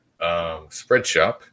Spreadshop